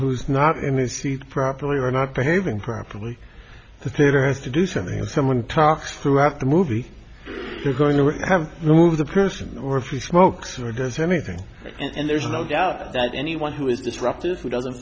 who's not in this properly or not behaving properly there has to do something and someone talks throughout the movie they're going to have to move the person or if he smokes or does anything and there's no doubt that anyone who is disruptive who doesn't